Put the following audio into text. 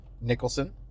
Nicholson